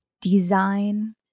design